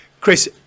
Chris